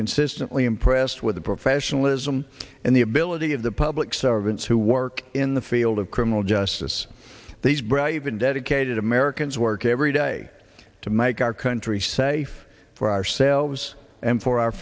consistently impressed with the professionalism and the ability of the public servants who work in the field of criminal justice these brave and dedicated americans work every day to make our country safe for ourselves and for our